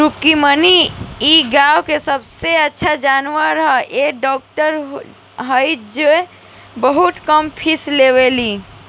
रुक्मिणी इ गाँव के सबसे अच्छा जानवर के डॉक्टर हई जे बहुत कम फीस लेवेली